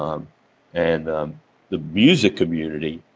um and the the music community,